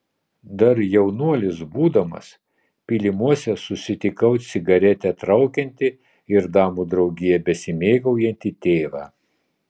dar jaunuolis būdamas pylimuose susitikau cigaretę traukiantį ir damų draugija besimėgaujantį tėvą